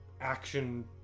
action